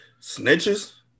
snitches